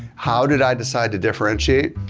how did i decide to differentiate?